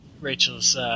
Rachel's